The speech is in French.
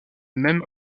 même